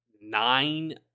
nine